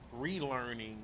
relearning